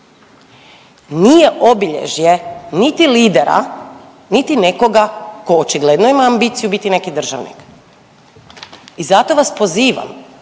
nije obilježje niti lidera, niti nekoga tko očigledno ima ambiciju biti neki državnik. I zato vas pozivam